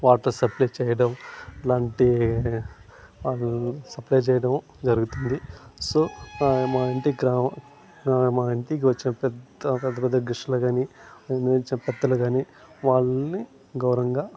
water supply చేయడం లాంటివి supply చేయడం జరుగుతుంది సో మా ఇంటి గ్రా మా ఇంటికి వచ్చే పెద్ద పెద్ద గెస్టులు కానీ కానీ వాళ్ళని గౌరవంగా